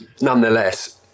nonetheless